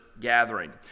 gathering